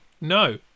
No